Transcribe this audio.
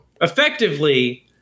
Effectively